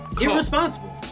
irresponsible